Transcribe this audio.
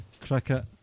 cricket